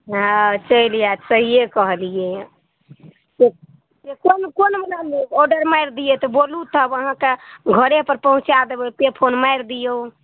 हँ चलि जायत सहिए कहलियै कोन कोन बला लेब ऑर्डर मारि दियै तऽ बोलू तब अहाँके घरे पर पहुँचा देबै पे फोन मारि दिऔ